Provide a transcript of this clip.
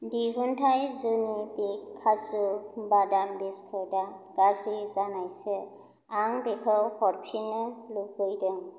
दिहुन्थाइ जुनिबिक काजु बादाम बिस्कुटआ गाज्रि जानायसो आं बेखौ हरफिन्नो लुबैदों